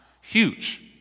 huge